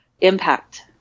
impact